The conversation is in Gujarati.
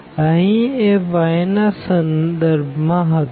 અહી એ y ના સંદર્ભ માં હતું